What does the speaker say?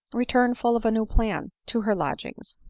returned full of a new plan, to her lodgings.